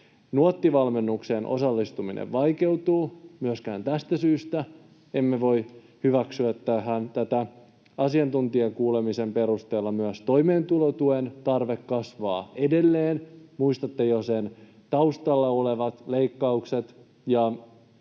Nuotti-valmennukseen osallistuminen vaikeutuu. Myöskään tästä syystä emme voi hyväksyä tätä. Asiantuntijakuulemisen perusteella myös toimeentulotuen tarve kasvaa edelleen — muistatte jo taustalla olevat leikkaukset